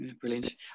Brilliant